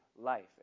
life